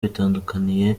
bitandukaniye